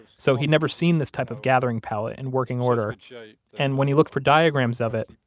so he'd never seen this type of gathering pallet in working order. and when he looked for diagrams of it,